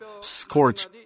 scorch